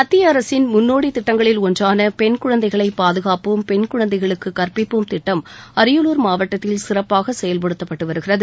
மத்திய அரசின் முன்னோடித் திட்டங்களில் ஒன்றான பெண் குழந்தைகளை பாதுகாப்போம் பெண் குழந்தைகளுக்கு கற்பிப்போம் திட்டம் அரியலூர் மாவட்டத்தில் சிறப்பாக செயல்படுத்தப்பட்டு வருகிறது